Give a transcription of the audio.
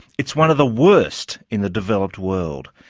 it's one of the worst in the developed world.